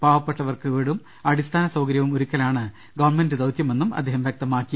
പാവപ്പെട്ടവർക്ക് വീടും അടിസ്ഥാന സൌകര്യവും ഒരുക്കലാണ് ഗവൺമെന്റ് ദൌത്യമെന്നും അദ്ദേഹം വ്യക്തമാക്കി